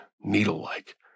needle-like